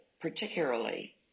particularly